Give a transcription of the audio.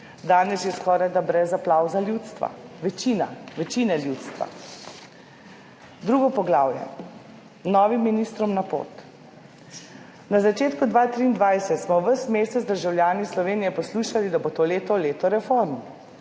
danes že skorajda brez aplavza večine ljudstva. Drugo poglavje, novim ministrom na pot. Na začetku leta 2023 smo ves mesec državljani Slovenije poslušali, da bo to leto leto reform